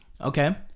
Okay